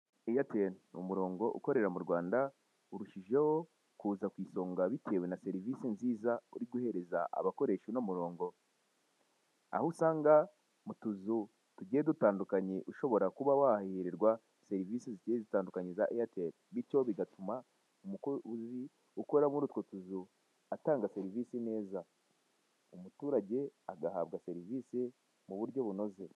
AIRTEL ni umurongo ukorera mu Rwanda urushijeho kuza ku isonga bitewe na serivise nziza uri guhereza abakoresha uno murongo, aho usanga mu tuzu tugiye dutandukanye ushobora kuba wahaherwa serivise zigiye zitandukanye za AIRTEL bityo bigatuma umukozi ukora muri utwo tuzu atanga serivise neza, umuturage agahabwa serivise mu buryo bunoze.